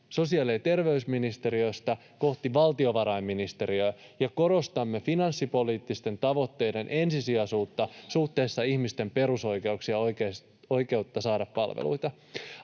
sosiaali- ja terveysministeriöstä kohti valtiovarainministeriötä ja korostamme finanssipoliittisten tavoitteiden ensisijaisuutta suhteessa ihmisten perusoikeuksiin ja oikeuteen saada palveluita.